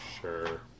Sure